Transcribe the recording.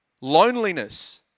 Loneliness